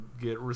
get